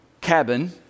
cabin